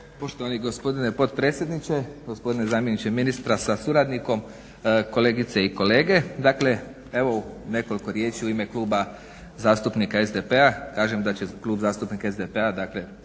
Poštovani gospodine potpredsjedniče, gospodine zamjeniče ministra sa suradnikom, kolegice i kolege. Dakle, evo nekoliko riječi u ime Kluba zastupnika SDP-a kažem da će Klub zastupnika SDP-a, dakle